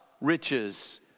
riches